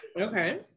okay